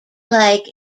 like